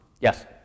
Yes